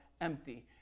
empty